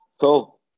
Cool